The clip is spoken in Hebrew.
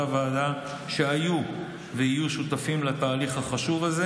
הוועדה שהיו ויהיו שותפים לתהליך החשוב הזה.